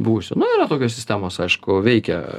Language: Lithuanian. būsiu nu yra tokios sistemos aišku veikia